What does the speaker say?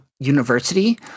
University